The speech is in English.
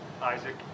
Isaac